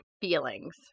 feelings